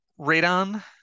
Radon